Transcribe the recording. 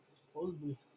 Supposedly